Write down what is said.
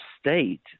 state